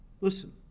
Listen